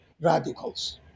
radicals